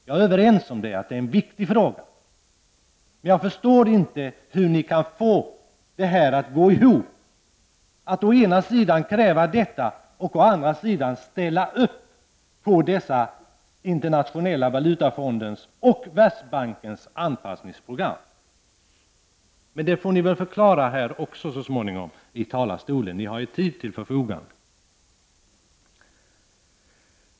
Jag är överens om att detta är en viktig fråga, men jag förstår inte hur ni kan få det att gå ihop att å ena sidan kräva detta och å andra sidan ställa upp på Internationella valutafondens och Världsbankens anpassningsprogram. Men det får ni förklara så småningom från talarstolen, för ni har ju tid till förfogande.